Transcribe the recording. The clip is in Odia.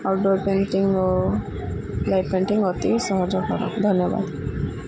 ଆଉଟ୍ଡ଼ୋର୍ ପେଣ୍ଟିଙ୍ଗ୍ ଓ ଲାଇଭ୍ ପେଣ୍ଟିଙ୍ଗ୍ ଅତି ସହଜକର ଧନ୍ୟବାଦ